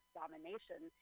domination